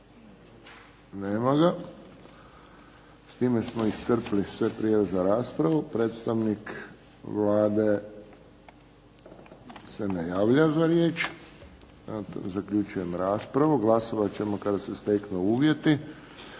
Nema ga. S time smo iscrpili sve prijave za raspravu. Predstavnik Vlade se ne javlja za riječ. Zaključujem raspravu. Glasovat ćemo kada se steknu uvjeti.